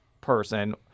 person